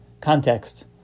context